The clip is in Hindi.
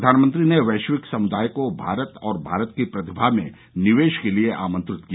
प्रधानमंत्री ने वैश्विक समुदाय को भारत और भारत की प्रतिभा में निवेश के लिए आमंत्रित किया